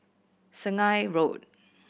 Sungei Road